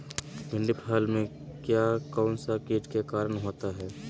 भिंडी फल में किया कौन सा किट के कारण होता है?